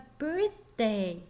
birthday